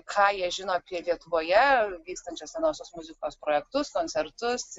ką jie žino kiek lietuvoje vykstančius senosios muzikos projektus koncertus